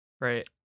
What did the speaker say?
right